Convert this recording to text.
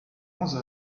onze